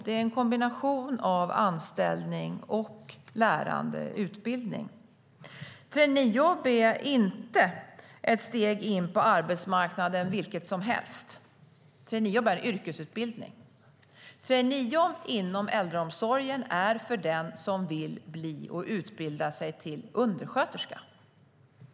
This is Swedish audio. Det är en kombination av anställning, lärande och utbildning. Traineejobb är inte vilket steg in på arbetsmarknaden som helst. Traineejobb är yrkesutbildning. Traineejobb inom äldreomsorgen är för den som vill bli och utbilda sig till undersköterska.